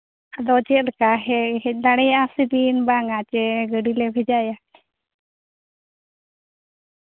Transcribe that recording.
ᱟᱫᱚ ᱪᱮᱫ ᱞᱮᱠᱟ ᱦᱮᱡ ᱦᱮᱡ ᱫᱟᱲᱮᱭᱟᱜᱼᱟ ᱥᱮ ᱵᱤᱱ ᱵᱟᱝᱟ ᱥᱮ ᱜᱟᱹᱰᱤ ᱞᱮ ᱵᱷᱮᱡᱟᱭᱟ